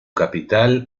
capital